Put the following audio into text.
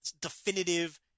definitive